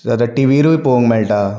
so आतां टिवीरुय पळोवंक मेळटा